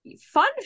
fun